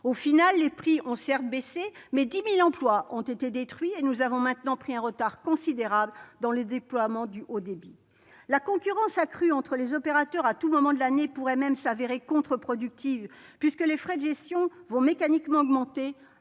Finalement, les prix ont certes baissé, mais 10 000 emplois ont été détruits, et nous avons pris un retard considérable dans le déploiement du haut débit. La concurrence accrue entre les opérateurs à tout moment de l'année pourrait même s'avérer contre-productive, puisque les frais de gestion vont mécaniquement augmenter